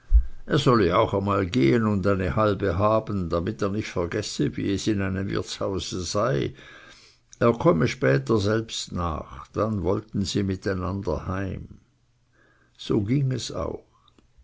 er solle auch einmal gehen und eine halbe haben damit er nicht vergesse wie es in einem wirtshause sei er komme später selbst nach dann wollten sie miteinander heim so ging es auch